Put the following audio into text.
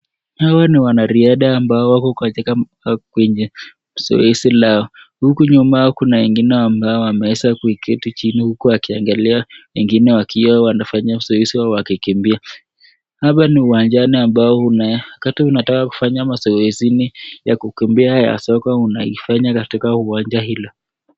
Hawa ni wanariadha ambao wako katika kwenye mazoezi yao. Huku nyuma kuna wengine ambao wameweza kuketi chini huku wakiangalia wengine wakiwa wanafanya mazoezi ya kukimbia. Hapa ni uwanjani ambao unataka kufanya mazoezini ya kukimbia ya soka unaifanya katika uwanja hilo.